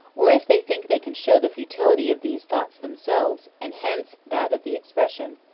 or if they think they can show the futility of these thoughts themselves and hence that of the expression,